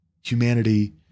humanity